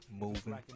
moving